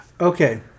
okay